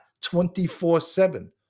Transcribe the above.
24-7